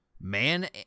Man